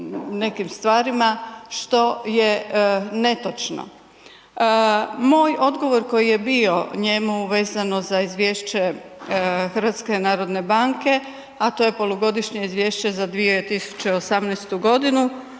nekim stvarima što je netočno. Moj odgovor koji je bio njemu vezano za izvješće HNB-a a to je polugodišnje izvješće za 2018. g.